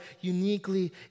uniquely